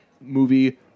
movie